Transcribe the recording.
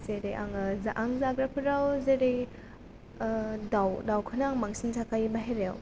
जेरै आङो आं जाग्राफोराव जेरै ओ दाउ दाउखौनो बांसिन जाखायो बाहेरायाव